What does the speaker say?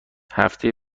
هفته